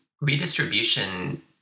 redistribution